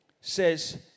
says